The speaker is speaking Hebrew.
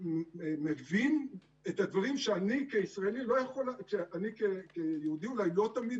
שמבין את הדברים שאני כיהודי אולי לא תמיד